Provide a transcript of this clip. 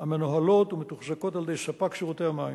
המנוהלות ומתוחזקות על-ידי ספק שירותי המים.